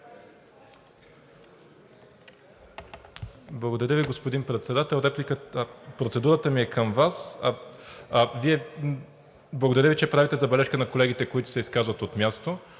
Благодаря, господин Председател. Процедурата ми е към Вас. Благодаря Ви, че правите забележка на колегите, които се изказват от място,